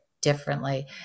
differently